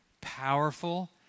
powerful